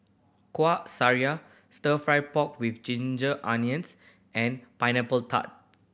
kuah sariya Stir Fry pork with ginger onions and Pineapple Tart